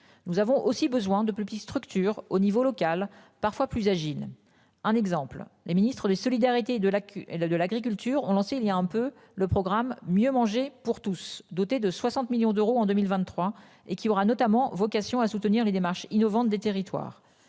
Nous avons aussi besoin de plus petites structures au niveau local, parfois plus Agile. Un exemple le Ministre des Solidarités de l'elle a de l'agriculture ont lancé il y a un peu le programme. Mieux manger pour tous, doté de 60 millions d'euros en 2023 et qui aura notamment vocation à soutenir les démarches innovantes des territoires.